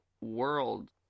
World